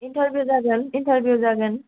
interview जागोन interview जागोन